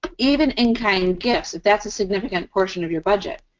even in-kind gifts if that's a significant portion of your budget.